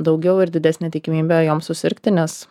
daugiau ir didesnę tikimybė joms susirgti nes